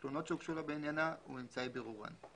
תלונות שהוגשו לה בעניינה וממצאי בירורן.